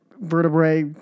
vertebrae